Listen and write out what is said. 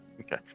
Okay